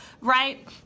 right